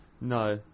No